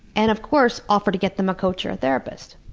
and, of course, offer to get them a coach or a therapist.